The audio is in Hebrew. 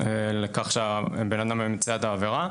לכך שבן-אדם ביצע את העבירה?